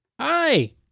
Hi